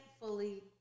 fully